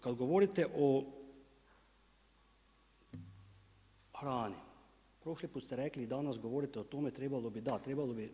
Kad govorite o hrani prošli put ste rekli i danas govorite o tome trebalo bi, da trebalo bi.